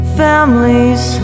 families